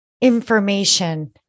information